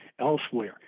elsewhere